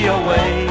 away